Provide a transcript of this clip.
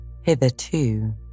Hitherto